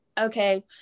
okay